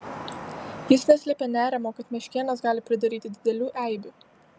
jis neslėpė nerimo kad meškėnas gali pridaryti didelių eibių